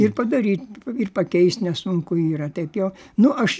ir padaryt ir pakeist nesunku yra taip jo nu aš